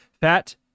Fat